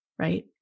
Right